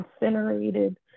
incinerated